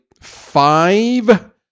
five